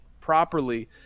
properly